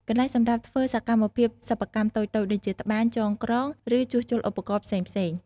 កន្លែងសម្រាប់ធ្វើសកម្មភាពសិប្បកម្មតូចៗ ដូចជា ត្បាញ ចងក្រង ឬជួសជុលឧបករណ៍ផ្សេងៗ ។